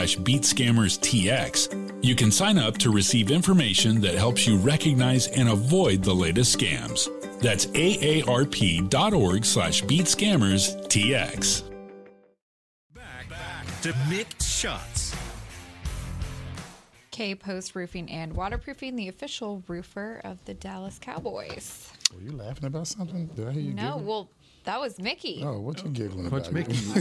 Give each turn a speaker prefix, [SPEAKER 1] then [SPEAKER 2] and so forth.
[SPEAKER 1] Beat Scammers TX. You can sign up to receive information that helps you recognize and avoid the latest scams. That's AARP dot org slash Beat Scammers TX.
[SPEAKER 2] Back to Mick Shots.
[SPEAKER 3] K Post Roofing and Waterproofing, the official roofer of the Dallas Cowboys.
[SPEAKER 4] Were you laughing about something? Did I hear you
[SPEAKER 3] No,
[SPEAKER 4] giggle?
[SPEAKER 3] well, that was Mickey.
[SPEAKER 4] Oh, what you giggling
[SPEAKER 2] What's
[SPEAKER 4] about?
[SPEAKER 2] Mickey?